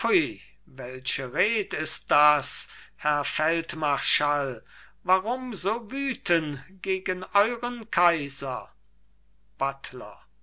welche red ist das herr feldmarschall warum so wüten gegen euren kaiser buttler